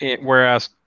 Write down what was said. Whereas